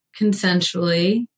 consensually